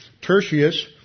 Tertius